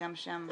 שגם שם,